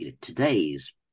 today's